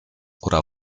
oder